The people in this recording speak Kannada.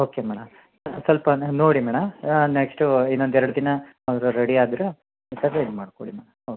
ಓಕೆ ಮೇಡಮ್ ಸ್ವಲ್ಪ ನೋಡಿ ಮೇಡಮ್ ನೆಕ್ಸ್ಟ್ ಇನ್ನೊಂದೆರಡು ದಿನ ಅವರು ರೆಡಿ ಆದ್ರೆ ಮಾಡಿಕೊಳ್ಳಿ ಮೇಡಮ್ ಓಕೆ